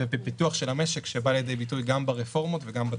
ובפיתוח של המשק שבא לידי ביטוי גם ברפורמות וגם בתקציב.